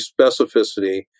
specificity